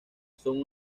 son